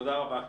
תודה רבה.